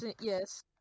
Yes